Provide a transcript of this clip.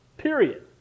Period